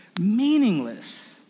meaningless